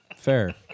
Fair